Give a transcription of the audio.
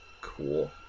cool